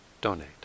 donate